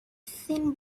thin